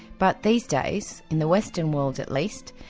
but these days, in the western world at least,